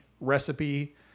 recipe